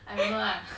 I don't know lah